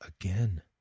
again